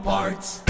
Parts